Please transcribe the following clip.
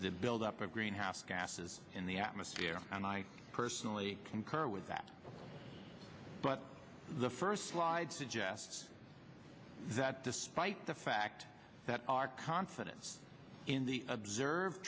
the buildup of greenhouse gases in the atmosphere and i personally concur with that but the first slide suggests that despite the fact that our confidence in the observe